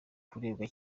kurebwa